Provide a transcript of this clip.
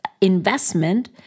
investment